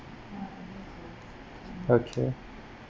okay